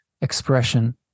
expression